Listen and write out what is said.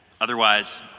Otherwise